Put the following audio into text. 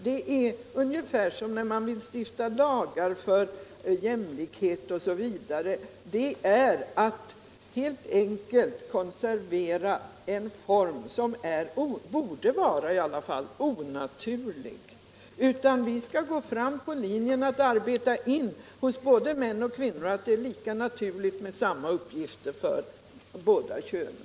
Det är ungefär som frågan om att stifta lagar för jämlikhet osv. — det innebär helt enkelt att konservera den form 103 som är, eller som i alla fall borde vara, onaturlig. Vi bör i stället gå fram efter linjen att hos både män och kvinnor söka skapa medvetandet att det är lika naturligt att ha samma uppgifter för båda könen.